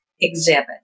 exhibit